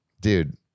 dude